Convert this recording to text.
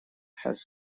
has